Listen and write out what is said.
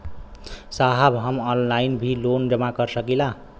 साहब हम ऑनलाइन भी लोन जमा कर सकीला?